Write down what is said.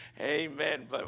Amen